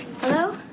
Hello